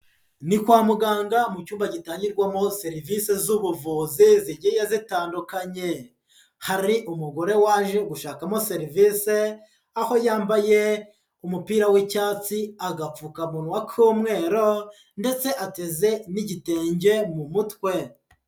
Ni kwa muganga mu cyumba gitangirwamo serivisi z'ubuvuzi zigiye zitandukanye, hari umugore waje gushakamo serivisi, aho yambaye umupira w'icyatsi agapfukamunwa k'umweru ndetse ateze n'igitenge mu mutwe.